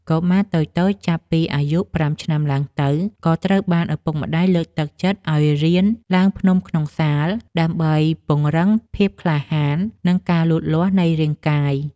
កុមារតូចៗចាប់ពីអាយុ ៥ ឆ្នាំឡើងទៅ ក៏ត្រូវបានឪពុកម្តាយលើកទឹកចិត្តឱ្យរៀនឡើងភ្នំក្នុងសាល ដើម្បីពង្រឹងភាពក្លាហាន និងការលូតលាស់នៃរាងកាយ។